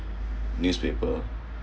newspaper